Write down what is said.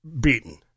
beaten